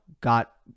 got